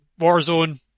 Warzone